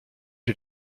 est